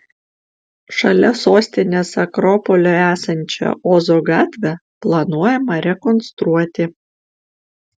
šalia sostinės akropolio esančią ozo gatvę planuojama rekonstruoti